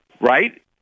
Right